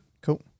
Cool